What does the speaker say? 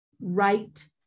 right